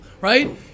Right